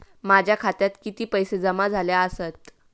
माझ्या खात्यात किती पैसे जमा झाले आसत?